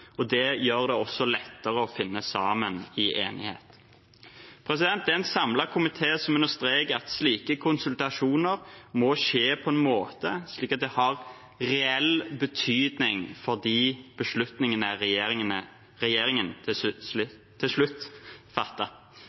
og det gjør det også lettere å finne sammen i enighet. Det er en samlet komité som understreker at slike konsultasjoner må skje på en måte som gjør at det har reell betydning for de beslutningene regjeringen til slutt